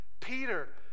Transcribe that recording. Peter